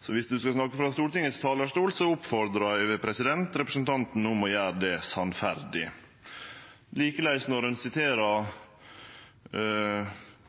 Så dersom representanten skal snakke frå Stortingets talarstol, oppfordrar eg han om å gjere det sannferdig. Likeins når ein siterer